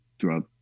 throughout